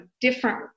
different